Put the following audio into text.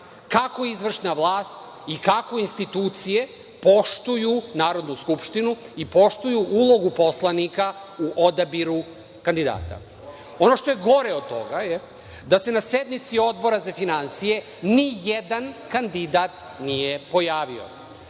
kako izvršna vlast i kako institucije poštuju Narodnu skupštinu i kako poštuju ulogu poslanika u odabiru kandidata. Ovo što je gore od toga je da se na sednici Odbora za finansije ni jedan kandidat nije pojavio.